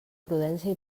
prudència